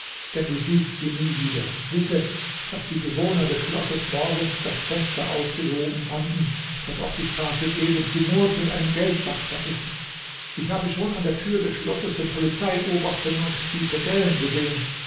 denn du siehst sie nie wieder wisse daß die bewohner des schlosses morgens das fenster ausgehoben fanden das auf die straße geht und sumurd mit einem geldsack vermissen ich habe schon an der tür des schlosses den polizeiobersten und die pedellen gesehen